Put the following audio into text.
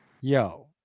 Yo